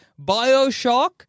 Bioshock